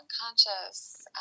unconscious